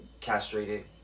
castrated